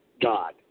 God